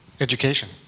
Education